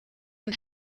and